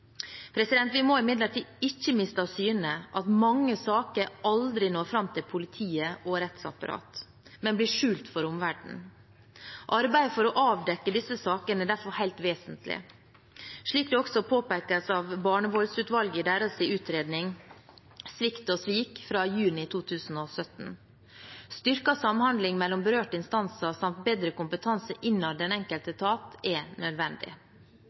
Vi må imidlertid ikke miste av syne at mange saker aldri når fram til politiet og rettsapparatet, men forblir skjult for omverdenen. Arbeidet for å avdekke disse sakene er derfor helt vesentlig, slik det også påpekes av Barnevoldsutvalget i deres utredning «Svikt og svik» fra juni 2017. Styrket samhandling mellom berørte instanser samt bedre kompetanse innad i den enkelte etat er nødvendig.